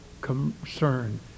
concern